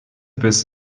biss